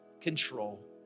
control